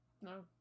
No